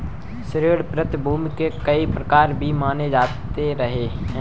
ऋण प्रतिभूती के कई प्रकार भी माने जाते रहे हैं